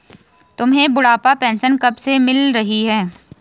तुम्हें बुढ़ापा पेंशन कब से मिल रही है?